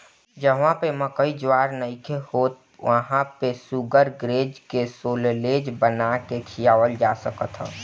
जहवा पे मकई ज्वार नइखे होत वहां पे शुगरग्रेज के साल्लेज बना के खियावल जा सकत ह